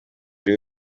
buri